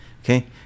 Okay